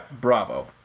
Bravo